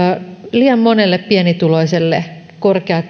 liian monelle pienituloiselle korkea